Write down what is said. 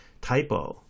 typo